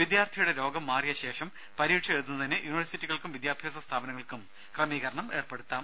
വിദ്യാർഥിയുടെ രോഗം മാറിയ ശേഷം പരീക്ഷ എഴുതുന്നതിന് യൂണിവേഴ്സിറ്റികൾക്കും വിദ്യാഭ്യാസ സ്ഥാപനങ്ങൾക്കും ക്രമീകരണം ഏർപ്പെടുത്താം